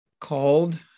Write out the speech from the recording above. called